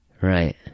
right